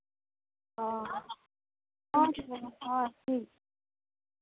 ᱦᱚᱸ ᱦᱳᱭ ᱦᱳᱭ ᱴᱷᱤᱠ